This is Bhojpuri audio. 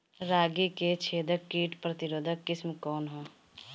रागी क छेदक किट प्रतिरोधी किस्म कौन ह?